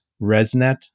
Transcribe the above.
resnet